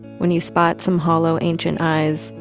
when you spot some hollow ancient eyes,